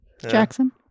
Jackson